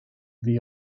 ddi